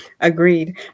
agreed